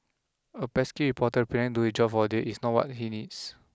a pesky reporter pretend do his job for a day is not what he needs